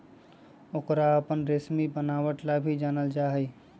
angora अपन रेशमी बनावट ला भी जानल जा हई